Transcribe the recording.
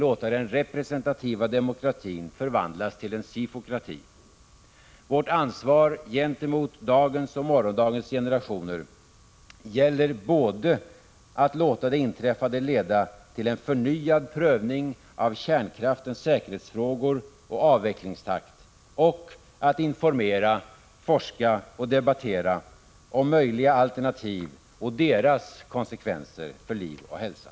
Vi får inte låta den representativa demokratin 12 maj 1986 förvandlas till en SIFO-krati. Vårt ansvar gentemot dagens och morgondagens generationer gäller både att låta det inträffade leda till en förnyad prövning av kärnkraftens säkerhetsfrågor och avvecklingstakt och att informera, forska och debattera om möjliga alternativ och deras konsekvenser för liv och hälsa.